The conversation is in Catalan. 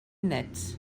nets